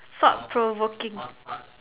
thought provoking